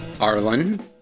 Arlen